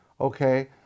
okay